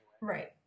Right